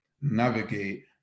navigate